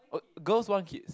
uh girls want kids